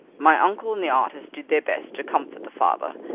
my uncle and the artist did their best to comfort the father,